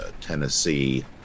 Tennessee